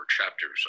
chapters